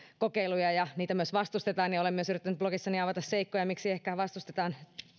kokeiluja ja kun niitä myös vastustetaan niin olen myös yrittänyt blogissani avata seikkoja miksi ehkä vastustetaan